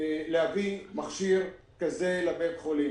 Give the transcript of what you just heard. להביא מכשיר כזה לבית החולים.